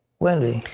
wendy?